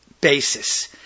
basis